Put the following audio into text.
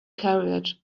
carriage